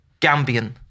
Gambian